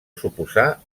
suposà